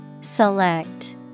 Select